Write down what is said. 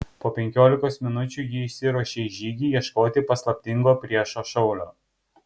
po penkiolikos minučių ji išsiruošė į žygį ieškoti paslaptingo priešo šaulio